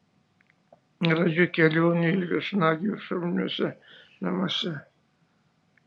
gražių kelionių ir viešnagių šauniuose namuose